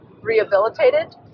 rehabilitated